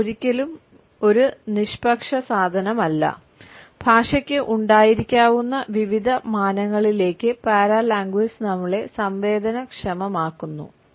ഭാഷ ഒരിക്കലും ഒരു നിഷ്പക്ഷ സാധനമല്ല ഭാഷയ്ക്ക് ഉണ്ടായിരിക്കാവുന്ന വിവിധ മാനങ്ങളിലേക്ക് പാരലാംഗ്വേജ് നമ്മെ സംവേദനക്ഷമമാക്കുന്നു